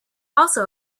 also